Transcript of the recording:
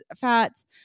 fats